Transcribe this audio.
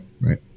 right